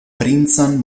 princan